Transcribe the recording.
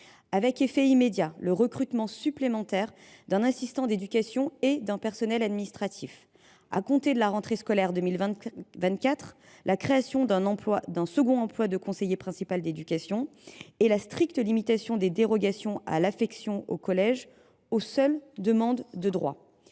avec effet immédiat, le recrutement supplémentaire d’un assistant d’éducation et d’un personnel administratif ; à compter de la rentrée scolaire 2024, la création d’un second emploi de CPE ; la stricte limitation des dérogations à l’affectation au collège aux seules demandes de droit.